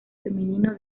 femenino